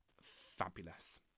fabulous